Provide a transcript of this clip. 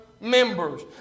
members